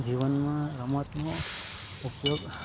જીવનમાં રમતનો ઉપયોગ